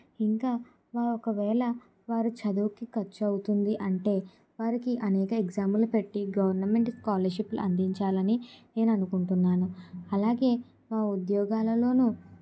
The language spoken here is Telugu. ఇంకా ఒకవేళ వారు చదువుకి ఖర్చవుతుంది అంటే వారికి అనేక ఎగ్జాములు పెట్టి గవర్నమెంట్ స్కాలర్షిప్లు అందించాలని నేను అనుకుంటున్నాను అలాగే మా ఉద్యోగాలలోనూ